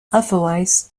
otherwise